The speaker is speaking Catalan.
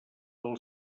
del